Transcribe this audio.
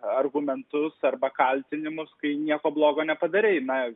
argumentus arba kaltinimus kai nieko blogo nepadarei na